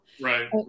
Right